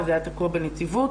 זה היה תקוע בנציבות.